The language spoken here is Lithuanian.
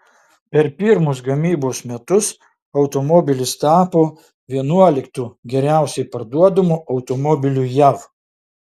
per pirmus gamybos metus automobilis tapo vienuoliktu geriausiai parduodamu automobiliu jav